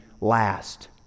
last